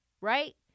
right